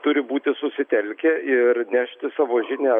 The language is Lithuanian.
turi būti susitelkę ir nešti savo žinią